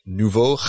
Nouveau